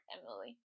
Emily